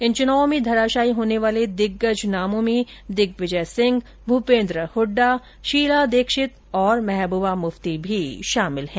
इन चुनावों में धराशायी होने वाले दिग्गज नामों में दिगविजय सिंह भूपेन्द्र हुड्डा शीला दीक्षित और महबुबा मुफ्ती भी शामिल है